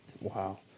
wow